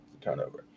turnover